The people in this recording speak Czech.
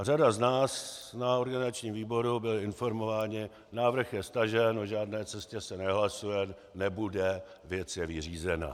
Řada z nás na organizačním výboru byla informována, že návrh je stažen, o žádné cestě se nehlasuje, nebude, věc je vyřízena.